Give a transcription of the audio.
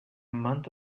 month